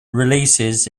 releases